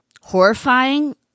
horrifying